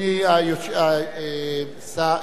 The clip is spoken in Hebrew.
אדוני השר,